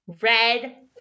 Red